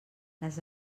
les